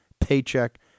paycheck